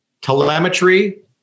Telemetry